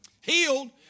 healed